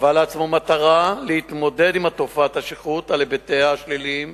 קבע לעצמו מטרה להתמודד עם תופעת השכרות על היבטיה השליליים